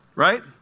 right